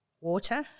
water